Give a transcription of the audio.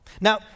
Now